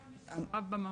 רק מי שמעורב במעון.